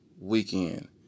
weekend